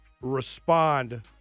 respond